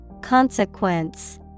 Consequence